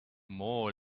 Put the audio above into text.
more